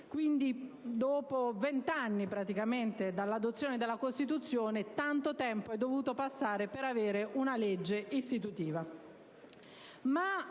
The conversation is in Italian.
quindi dopo oltre vent'anni dall'entrata in vigore della Costituzione. Tanto tempo è dovuto passare per avere una legge istitutiva.